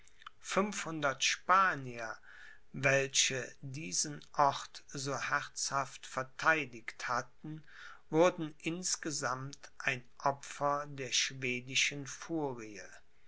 spanier welche diesen ort so herzhaft vertheidigt hatten wurden insgesammt ein opfer der schwedischen furie